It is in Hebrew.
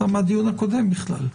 אתה גם מהדיון הקודם בכלל.